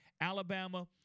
Alabama